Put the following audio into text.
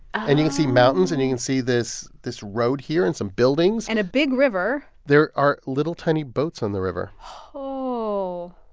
and you can see mountains. and you can see this this road here and some buildings and a big river there are little, tiny boats on the river oh.